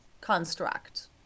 construct